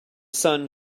sun